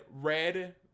red